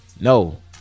No